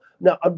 now